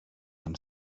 him